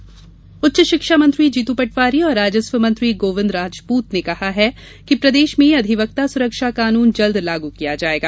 मंत्री अपील उच्च शिक्षा मंत्री जीतू पटवारी और राजस्व मंत्री गोविन्द राजपूत ने कहा है कि प्रदेश में अधिवक्ता सुरक्षा कानून जल्द लागू किया जाएगा